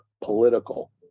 political